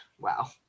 Wow